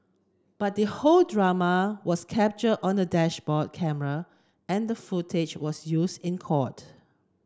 but the whole drama was capture on a dashboard camera and the footage was use in court